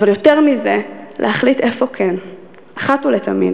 אבל יותר מזה, להחליט איפה כן אחת ולתמיד.